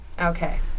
Okay